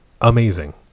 amazing